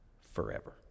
forever